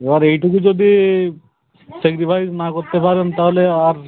এবার এইটুকু যদি স্যাকরিফাইস না করতে পারেন তাহলে আর